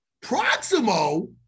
Proximo